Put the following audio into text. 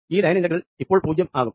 ആ line integral ഇപ്പോൾ പൂജ്യം ആകും